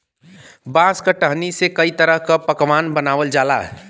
बांस क टहनी से कई तरह क पकवान बनावल जाला